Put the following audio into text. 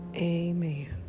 Amen